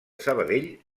sabadell